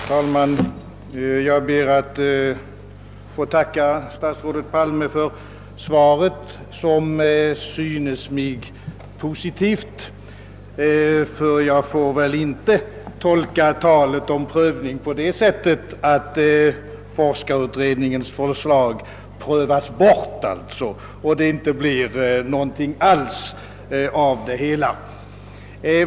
Herr talman! Jag ber att få tacka statsrådet Palme för svaret, som synes mig positivt — ty jag får väl inte tolka talet om prövning på det sättet, att forskarutredningens förslag prövas bort och att det således inte blir någonting alls av det hela?